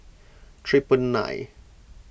triple nine